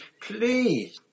please